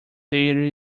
there